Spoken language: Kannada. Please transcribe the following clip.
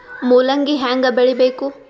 ಮೂಲಂಗಿ ಹ್ಯಾಂಗ ಬೆಳಿಬೇಕು?